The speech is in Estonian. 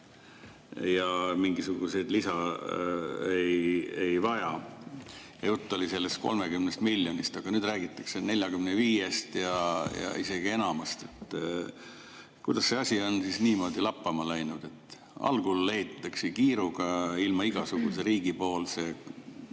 ja mingisugust lisa ei vaja. Jutt oli sellest 30 miljonist, aga nüüd räägitakse 45-st ja isegi enamast. Kuidas on see asi niimoodi lappama läinud? Algul ehitatakse kiiruga, ilma igasuguse riigipoolse